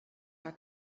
are